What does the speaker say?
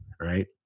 Right